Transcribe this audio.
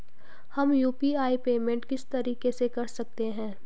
हम UPI payment किस तरीके से कर सकते हैं?